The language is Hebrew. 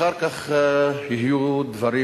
אחר כך יהיו דברים,